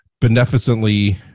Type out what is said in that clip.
beneficently